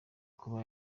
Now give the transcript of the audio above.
kuba